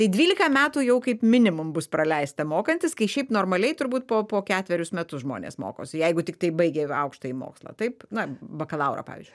tai dvylika metų jau kaip minimum bus praleista mokantis kai šiaip normaliai turbūt po po ketverius metus žmonės mokosi jeigu tiktai baigia aukštąjį mokslą taip na bakalaurą pavyzdžiui